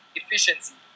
efficiency